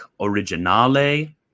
originale